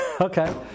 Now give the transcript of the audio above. Okay